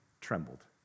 trembled